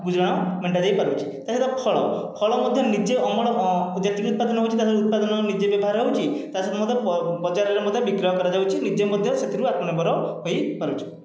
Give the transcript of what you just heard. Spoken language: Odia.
ଗୁଜୁରାଣ ମେଣ୍ଟା ଯାଇପାରୁଛି ତା'ସହିତ ଫଳ ଫଳ ମଧ୍ୟ ନିଜେ ଅମଳ ଯେତିକି ଉତ୍ପାଦନ ହେଉଛି ତା'ସହିତ ଉତ୍ପାଦନର ନିଜେ ବ୍ୟବହାର ହେଉଛି ତା'ସହିତ ମଧ୍ୟ ବଜାରରେ ମଧ୍ୟ ବିକ୍ରୟ କରାଯାଉଛି ନିଜେ ମଧ୍ୟ ସେଥିରୁ ଆତ୍ମନିର୍ଭର ହୋଇପାରୁଛୁ